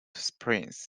springs